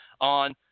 on –